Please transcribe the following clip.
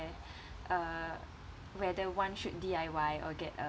where uh whether one should D_I_Y or get a